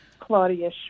Claudia